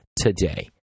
today